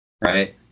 right